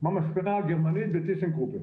מהמספנה הגרמנית בטיסנקרופ.